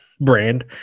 brand